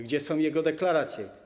Gdzie są jego deklaracje?